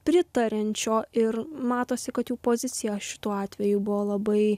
pritariančio ir matosi kad jų pozicija šituo atveju buvo labai